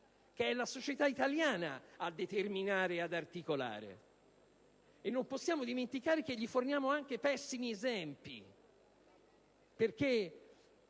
che è la società italiana a determinare e ad articolare; non possiamo dimenticare che forniamo loro anche pessimi esempi, che